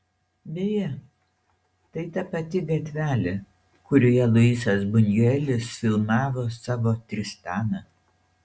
beje tai ta pati gatvelė kurioje luisas bunjuelis filmavo savo tristaną